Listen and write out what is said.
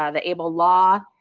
ah the able law,